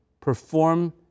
perform